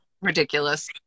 ridiculous